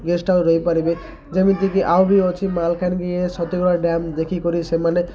guest house ରହିପାରିବେ ଯେମିତିକି ଆଉ ବି ଅଛି ମାଲକାନଗି ଏ ସତେଗଡ଼ ଡ୍ୟାମ୍ ଦେଖିକରି ସେମାନେ